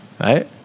right